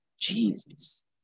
Jesus